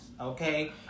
okay